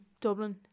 Dublin